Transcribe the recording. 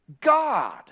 God